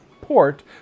port